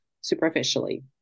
superficially